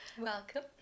welcome